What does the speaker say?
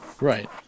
Right